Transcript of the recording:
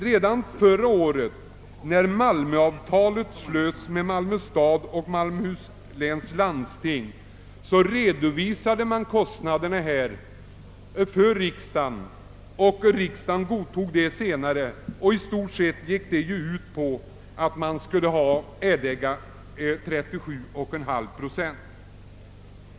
Redan förra året, när avtalet slöts med Malmö stad och Malmöhus läns landsting, redovisade man kostnaderna för riksdagen, och riksdagen godtog uppgörelsen senare. I stort sett gick det ju ut på att kommunerna skulle erlägga 37,5 procent.